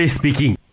speaking